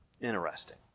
interesting